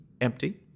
empty